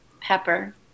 Pepper